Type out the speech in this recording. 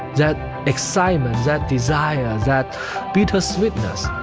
that excitement, that desire, that buteau sweetness.